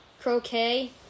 Croquet